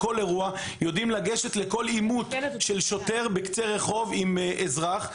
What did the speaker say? יודעים לגשת לכל עימות של שוטר בקצה רחוב עם אזרח,